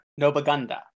Nobagunda